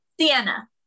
sienna